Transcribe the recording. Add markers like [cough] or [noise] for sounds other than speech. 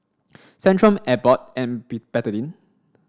Centrum Abbott and [unintelligible] Betadine